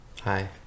hi